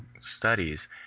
studies